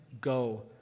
go